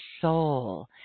soul